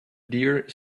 deer